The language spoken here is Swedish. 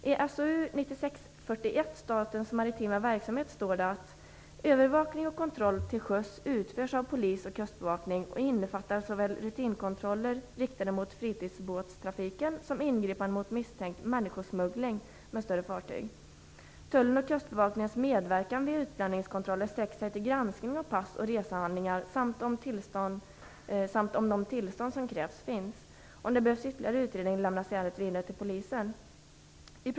I SOU 1996:41 Statens maritima verksamhet står det: "Övervakning och kontroll till sjöss utförs av polis och kustbevakning och innefattar såväl rutinkontroller riktade mot fritidsbåtstrafiken som ingripanden mot misstänkt ́människosmuggling ́ med större fartyg." Tullens och kustbevakningens medverkan vid utlänningskontrollen sträcker sig till granskning av pass och resehandlingar samt om de tillstånd som krävs finns.